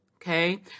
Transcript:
Okay